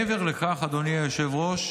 מעבר לכך, אדוני היושב-ראש,